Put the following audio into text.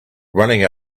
running